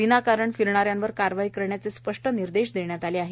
विनाकारण फिरणाऱ्यांवर कारवाई करण्याचे स्पष्ट निर्देश देण्यात आले आहेत